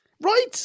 Right